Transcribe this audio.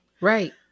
Right